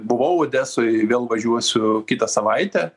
buvau odesoj vėl važiuosiu kitą savaitę